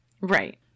Right